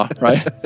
right